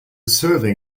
serving